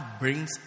brings